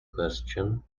question